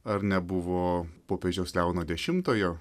ar nebuvo popiežiaus leono dešimtojo